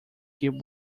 keep